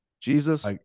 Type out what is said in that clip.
jesus